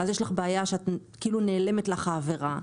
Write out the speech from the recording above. ואז יש לך בעיה שכאילו נעלמת לך העבירה,